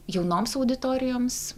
jaunoms auditorijoms